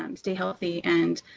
um stay healthy, and